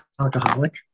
alcoholic